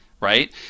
right